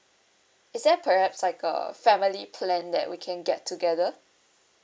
is there perhaps like a family plan that we can get together